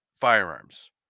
firearms